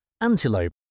Antelope